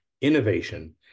innovation